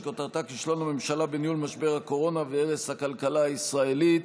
שכותרתה: כישלון הממשלה בניהול משבר הקורונה והרס הכלכלה הישראלית.